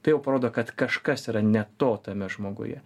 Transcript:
tai jau parodo kad kažkas yra ne to tame žmoguje